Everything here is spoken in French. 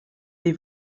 des